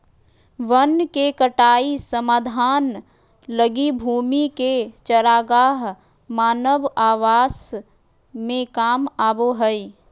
वन के कटाई समाधान लगी भूमि के चरागाह मानव आवास में काम आबो हइ